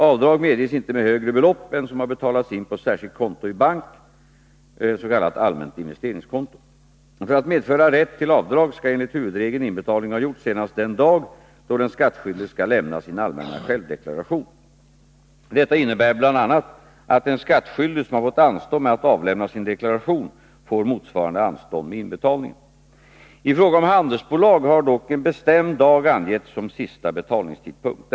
Avdrag medges inte med högre belopp än som har betalats in på särskilt konto i bank . För att medföra rätt till avdrag skall enligt huvudregeln inbetalning ha gjorts senast den dag då den skattskyldige skall lämna sin allmänna självdeklaration. Detta innebär bl.a. att en skattskyldig som har fått anstånd med att avlämna sin deklaration får motsvarande anstånd med inbetalningen. I fråga om handelsbolag har dock en bestämd dag angetts som sista betalningstidpunkt.